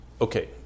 Okay